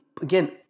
again